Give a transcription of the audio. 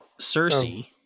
Cersei